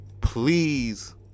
please